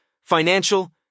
financial